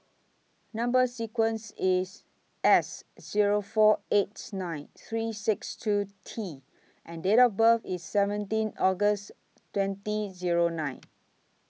Number sequence IS S Zero four eight nine three six two T and Date of birth IS seventeen August twenty Zero nine